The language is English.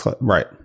right